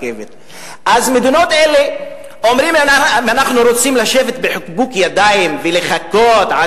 אז מדינות אלה אומרות: אנחנו רוצות לשבת בחיבוק ידיים ולחכות עד